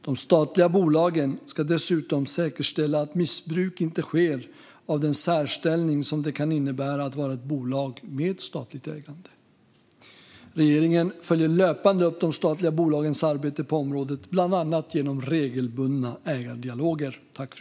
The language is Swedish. De statliga bolagen ska dessutom säkerställa att missbruk inte sker av den särställning som det kan innebära att vara ett bolag med statligt ägande. Regeringen följer löpande upp de statliga bolagens arbete på området, bland annat genom ägardialoger.